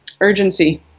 urgency